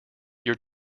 your